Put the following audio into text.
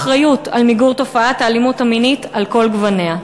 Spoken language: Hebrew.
אחריות למיגור תופעת האלימות המינית על כל גווניה.